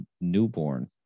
newborn